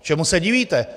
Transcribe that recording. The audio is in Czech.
Čemu se divíte?